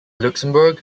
luxembourg